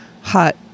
hot